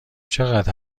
چقدر